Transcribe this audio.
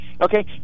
Okay